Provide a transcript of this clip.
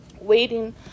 waiting